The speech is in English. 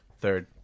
Third